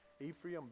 Ephraim